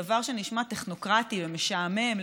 דבר שנשמע טכנוקרטי ומשעמם,